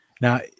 Now